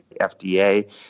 FDA